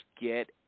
get